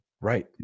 Right